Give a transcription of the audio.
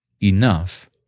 enough